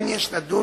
כן יש לדון